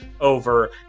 over